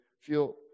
feel